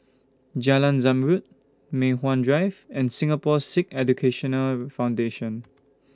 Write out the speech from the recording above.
Jalan Zamrud Mei Hwan Drive and Singapore Sikh Education Foundation